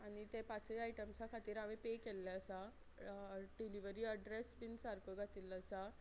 आनी ते पांचय आयटम्सा खातीर हांवें पे केल्ले आसा डिलिव्हरी अड्रॅस बीन सारको घातिल्लो आसा